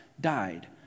died